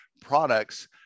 products